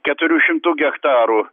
keturių šimtų gektarų